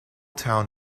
town